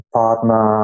partner